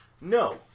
No